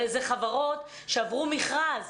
הרי זה חברות שעברו מכרז,